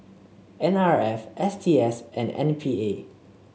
N R F S T S and M P A